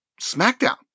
SmackDown